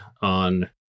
on